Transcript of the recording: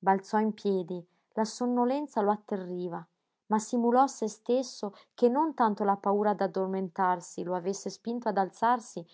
balzò in piedi la sonnolenza lo atterriva ma simulò a se stesso che non tanto la paura d'addormentarsi lo avesse spinto ad alzarsi